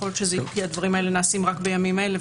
כי הדברים האלה נעשים רק בימים אלה,